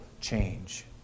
change